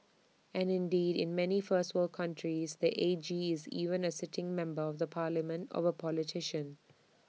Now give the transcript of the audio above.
and indeed in many first world countries the A G is even A sitting member of the parliament or A politician